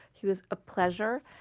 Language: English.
he was a pleasure.